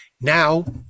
Now